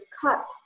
cut